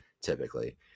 typically